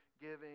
giving